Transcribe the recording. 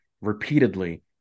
repeatedly